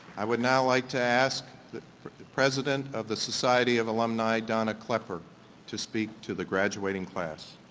i would now like to ask the president of the society of alumni donna klepper to speak to the graduating class.